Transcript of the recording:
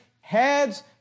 heads